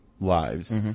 lives